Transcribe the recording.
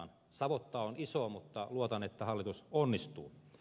savotta on iso mutta luotan että hallitus onnistuu